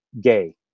gay